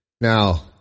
Now